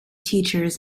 teachers